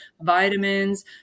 vitamins